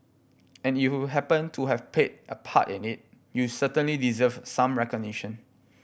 and if you happened to have played a part in it you certainly deserve some recognition